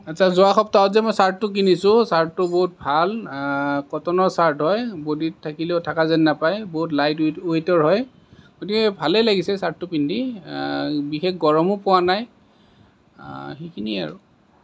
আচ্ছা যোৱা সপ্তাহত যে মই ছাৰ্টটো কিনিছোঁ ছাৰ্টটো বহুত ভাল কটনৰ ছাৰ্ট হয় বডিত থাকিলেও থকা যেন নাপায় বহুত লাইট ৱেট ৱেটৰ হয় গতিকে ভালেই লাগিছে ছাৰ্টটো পিন্ধি বিশেষ গৰমো পোৱা নাই সেইখিনিয়ে আৰু